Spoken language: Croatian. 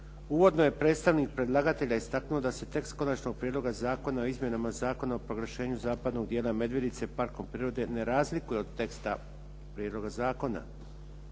Uvodno je predstavnik predlagatelja istaknuo da se tekst Konačnog prijedlog Zakona o izmjenama Zakona o proglašenju zapadnog dijela Medvednice parkom prirode ne razlikuje od teksta prijedloga zakona.